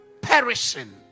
perishing